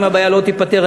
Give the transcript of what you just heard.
ואם הבעיה לא תיפתר,